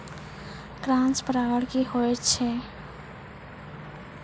Cross परागण की होय छै?